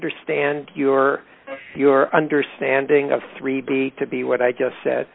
understand your your understanding of three b to b what i just said